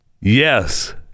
Yes